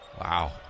Wow